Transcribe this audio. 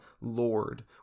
Lord